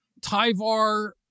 tyvar